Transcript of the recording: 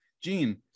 Gene